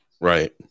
Right